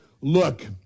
look